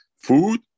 food